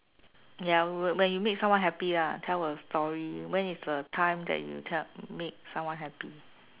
ya wh~ when you make someone happy ah tell a story when is a time that you made someone happy